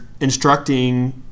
instructing